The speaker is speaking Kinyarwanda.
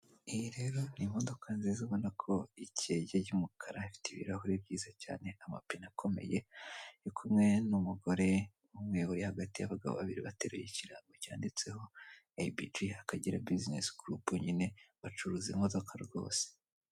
Iyi rero ni imodoka nziza ubona ko ikeye y'umukara afite ibirahuri byiza cyane amapine akomeye, ari kumwe n'umugore umwe uri hagati y'abagabo babiri bateruye ikirango cyanditseho Eyibigi, akagera bizinesi gurupe nyine bacuruza imodoka rwose.